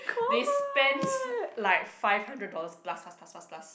they spent like five hundred dollars plus plus plus plus plus